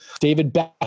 David